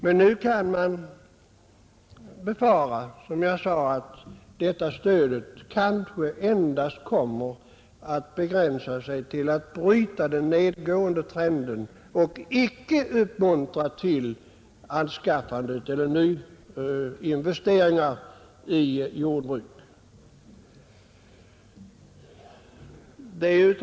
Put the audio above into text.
Men nu kan man, som jag sade, befara att detta stöd endast kommer att bryta den nedåtgående trenden och icke uppmuntra till nyinvesteringar i jordbruk.